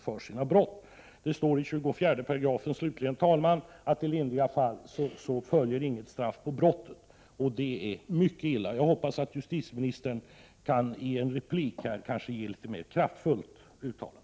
Slutligen, herr talman, heter det i 24 § att det i lindriga fall inte följer något straff på brottet, och det är mycket illa. Jag hoppas att justitieministern i en replik kan göra ett något mer kraftfullt uttalande.